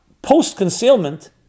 Post-concealment